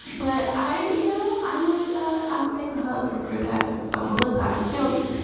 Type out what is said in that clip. but i you know, i would ah i would take a hug from chris evans. so, melissa i feel, you